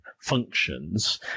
functions